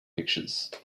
pictures